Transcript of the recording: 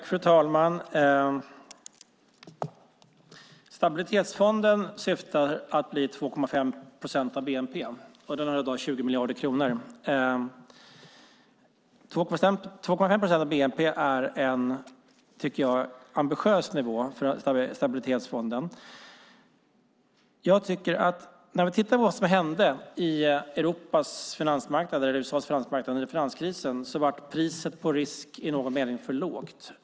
Fru talman! Stabilitetsfonden syftar till att bli 2,5 procent av bnp, och den har i dag 20 miljarder kronor. 2,5 procent av bnp är en, tycker jag, ambitiös nivå för stabilitetsfonden. Det som hände på Europas och USA:s finansmarknader under finanskrisen var att priset på risk i någon mening blev för lågt.